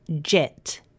jet